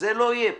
זה לא יהיה.